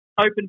open